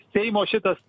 seimo šitas